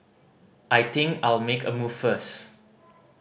I think I'll make a move first